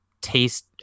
taste